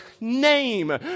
name